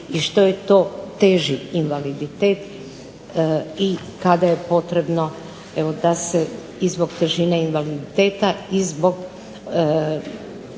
i što je to teži invaliditet i kada je potrebno da se zbog težine invaliditeta i zbog